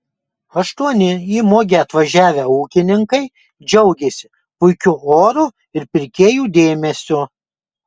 aštuoni į mugę atvažiavę ūkininkai džiaugėsi puikiu oru ir pirkėjų dėmesiu